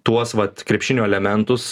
tuos vat krepšinio elementus